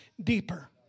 deeper